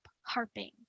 harping